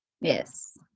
Yes